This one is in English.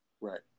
Right